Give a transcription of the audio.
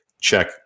check